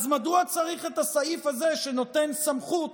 אז מדוע צריך את הסעיף הזה שנותן סמכות